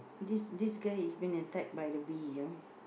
this this guy is being attack by the bee you know